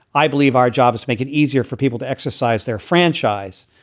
i believe our job is to make it easier for people to exercise their franchise,